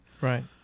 right